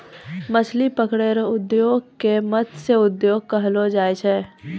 मछली पकड़ै रो उद्योग के मतस्य उद्योग कहलो जाय छै